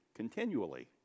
continually